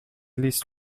least